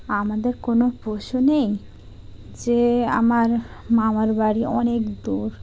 আমাদের কোনো প্রশ্ন নেই যে আমার মামার বাড়ি অনেক দূর